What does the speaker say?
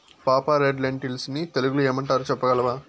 పాపా, red lentils ని తెలుగులో ఏమంటారు చెప్పగలవా